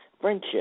friendship